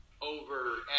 over